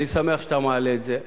אני שמח שאתה מעלה את זה.